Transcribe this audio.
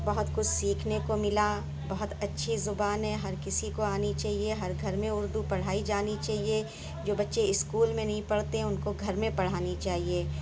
بہت کچھ سیکھنے کو ملا بہت اچھی زبان ہے ہر کسی کو آنی چاہیے ہر گھر میں اردو پڑھائی جانی چاہئے جو بچے اسکول میں نہیں پڑھتے ان کو گھر میں پڑھانی چاہیے